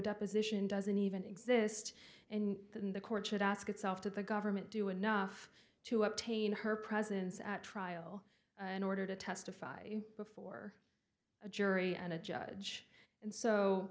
deposition doesn't even exist and then the court should ask itself to the government do enough to obtain her presence at trial in order to testify before a jury and a judge and so